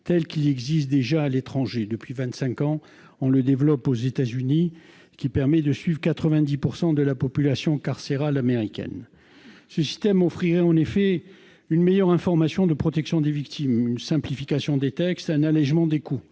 tel qu'il en existe déjà à l'étranger. Depuis vingt-cinq ans, on développe ce système aux États-Unis, ce qui permet d'y suivre 90 % de la population carcérale. Ce système offrirait en effet une meilleure information et protection des victimes, une simplification des textes, un allégement des coûts.